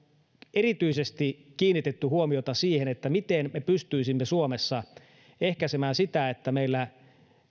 erityisesti kiinnitetty huomiota siihen miten me pystyisimme suomessa ehkäisemään sitä kun meillä